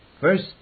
First